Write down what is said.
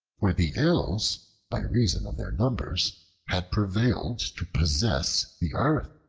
for the ills by reason of their numbers had prevailed to possess the earth.